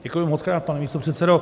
Děkuju mockrát, pane místopředsedo.